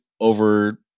over